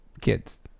kids